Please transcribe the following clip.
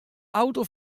auto